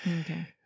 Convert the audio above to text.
Okay